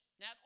Now